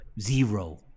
Zero